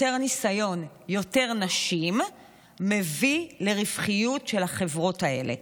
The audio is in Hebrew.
יותר ניסיון ויותר נשים מביאים לרווחיות של החברות האלה.